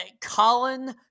Colin